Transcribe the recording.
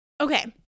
Okay